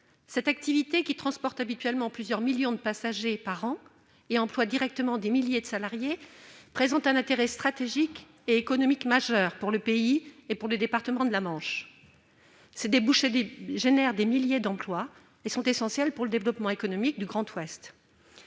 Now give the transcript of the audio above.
Cette activité, qui assure habituellement le transport de plusieurs millions de passagers chaque année et emploie directement des milliers de salariés, présente un intérêt stratégique et économique majeur pour le pays et pour le département de la Manche. Ses débouchés créent des milliers d'emplois et sont essentiels pour le développement économique du Grand Ouest.